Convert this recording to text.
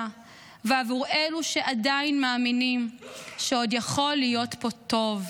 ועבור אלו שעדיין מאמינים שעוד יכול להיות פה טוב.